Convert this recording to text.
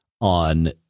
on